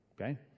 Okay